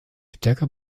stärker